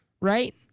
right